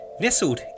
nestled